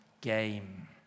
game